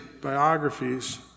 biographies